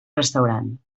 restaurant